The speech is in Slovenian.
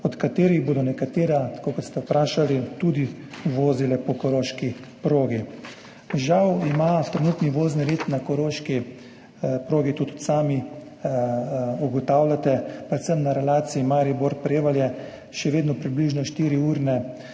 od katerih bodo nekatera, tako kot ste vprašali, vozila tudi po koroški progi. Žal ima trenutni vozni red na koroški progi, to tudi sami ugotavljate, predvsem na relaciji Maribor–Prevalje še vedno približno štiriurna